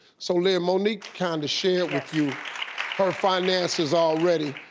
so lynn, monique kinda shared with you her finances already.